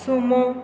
sumo